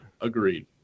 Agreed